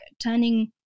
turning